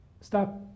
stop